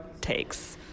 takes